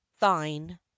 thine